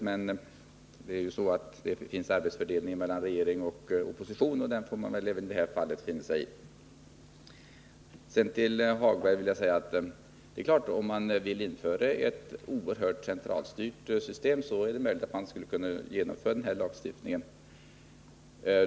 Men det finns ju en arbetsfördelning mellan regering och opposition, och den får man väl även i det här fallet finna sig i. Till Lars-Ove Hagberg vill jag säga att om man vill införa ett oerhört centralstyrt system, så är det möjligt att man inte skulle kunna genomföra den här lagstiftningen.